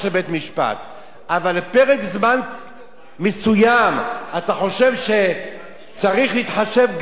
אבל לפרק זמן מסוים אתה חושב שצריך להתחשב גם בהורים,